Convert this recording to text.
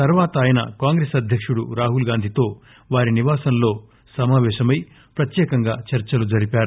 తర్వాత ఆయన కాంగ్రెస్ అధ్యకుడు రాహుల్గాంధీతో వారి నివాసంలో సమావేశమై ప్రత్యేకంగా చర్చలు జరిపారు